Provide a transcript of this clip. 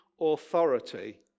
authority